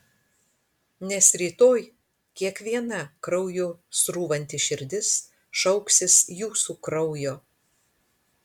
nes rytoj kiekviena krauju srūvanti širdis šauksis jūsų kraujo